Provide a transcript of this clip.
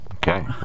Okay